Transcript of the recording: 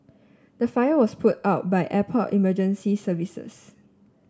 the fire was put out by airport emergency services